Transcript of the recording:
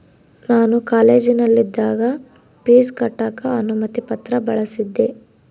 ನಾನು ಕಾಲೇಜಿನಗಿದ್ದಾಗ ಪೀಜ್ ಕಟ್ಟಕ ಅನುಮತಿ ಪತ್ರ ಬಳಿಸಿದ್ದೆ